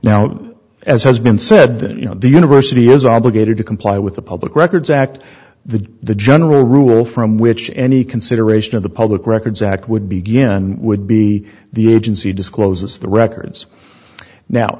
now as has been said you know the university is obligated to comply with the public records act the the general rule from which any consideration of the public records act would begin would be the agency discloses the records now